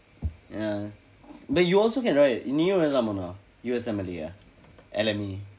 ya but you also can write நீயும் எழுதலாம் ஆனா:niiyum ezhuthalaam aanaa U_S_M_L_E eh a L_M_E